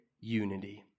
unity